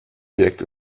projekt